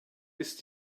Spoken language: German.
ist